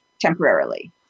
temporarily